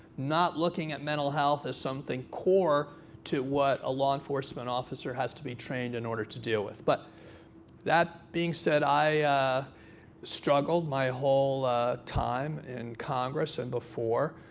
not looking at mental health as something core to what a law enforcement officer has to be trained in order to deal with. but that being said, i struggled my whole time in congress and before.